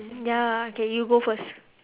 ya okay you go first